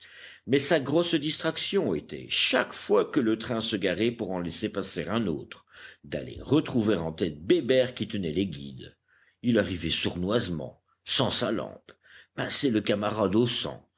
mais sa grosse distraction était chaque fois que le train se garait pour en laisser passer un autre d'aller retrouver en tête bébert qui tenait les guides il arrivait sournoisement sans sa lampe pinçait le camarade au sang